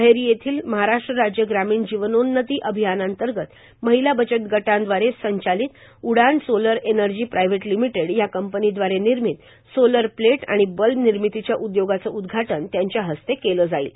अहेरी येथील महाराष्ट्र राज्य ग्रामीण जीवनोन्नती अभियानांतर्गत महिला बचत गटांदवारे संचालित Udaan solar energy private limited या कंपनीद्वारे निर्मित सोलर प्लेट आणि बल्ब निर्मितीच्या उदयोगाचं उदघाटन त्यांच्या हस्ते केलं जाईल